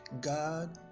God